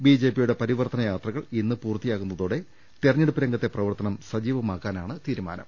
ബിജെപിയുടെ പരിവർത്തന യാത്രകൾ ഇന്ന് പൂർത്തിയാകുന്ന തോടെ തെരഞ്ഞെടുപ്പ് രംഗത്തെ പ്രവർത്തനം സജീവമാക്കാനാണ് തീരുമാനം